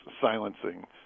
silencing